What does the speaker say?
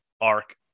arc